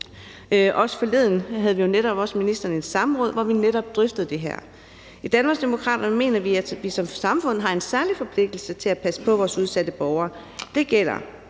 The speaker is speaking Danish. Forleden havde vi jo også ministeren i samråd, hvor vi netop drøftede det her. I Danmarksdemokraterne mener vi, at vi som samfund har en særlig forpligtelse til at passe på vores udsatte borgere. Det gælder